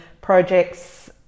projects